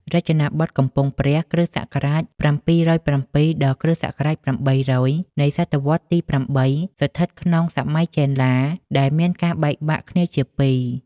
រចនាបថកំពង់ព្រះ គ.ស ៧០៧ ដល់ គ.ស ៨០០ នៃសតវត្សរ៍ទី៨ ស្ថិតក្នុងសម័យចេនឡា ដែលមានការបែកបាក់គ្នាជាពីរ។